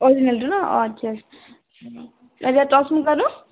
অৰিজিনেলটো ন অঁ আচ্ছা এতিয়া টচ্ মুগাটো